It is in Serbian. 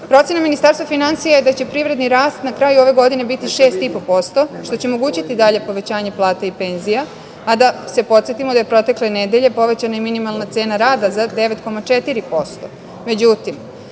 Procena Ministarstva finansija da će privredni rast na kraju ove godine biti 6,5%, što će omogućiti i dalje povećanje plata i penzija, a da se podsetimo da je protekle nedelje povećana i minimalna cena rada za